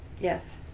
yes